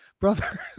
brother